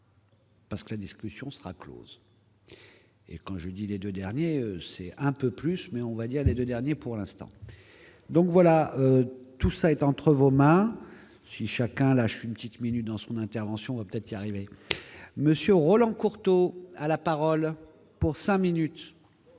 Parce que la discussion sera Close et quand je dis les 2 derniers, c'est un peu plus mais on va dire les 2 derniers, pour l'instant. Donc voilà, tout ça est entre vos mains, si chacun lâché une petite minute dans son intervention va peut-être y arriver monsieur Roland Courteau à la parole, pour 5 minutes.